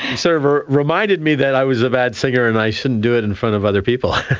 sort of ah reminded me that i was a bad singer and i shouldn't do it in front of other people.